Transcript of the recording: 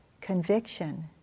conviction